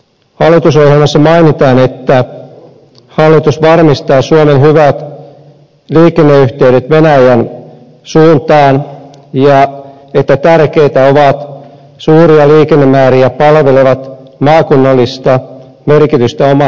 hallitusohjelmassa mainitaan että hallitus varmistaa suomen hyvät liikenneyhteydet venäjän suuntaan ja että tärkeitä ovat suuria liikennemääriä palvelevat maakunnallista merkitystä omaavat hankkeet